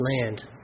land